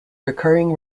recurring